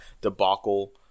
debacle